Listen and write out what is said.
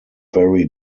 very